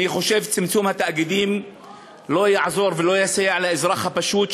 אני חושב שצמצום מספר התאגידים לא יעזור ולא יסייע לאזרח הפשוט,